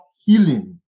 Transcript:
healing